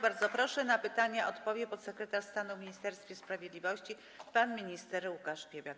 Bardzo proszę, na pytania odpowie podsekretarz stanu w Ministerstwie Sprawiedliwości pan minister Łukasz Piebiak.